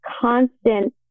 constant